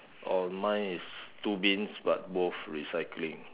oh mine is two bins but both recycling